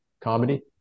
comedy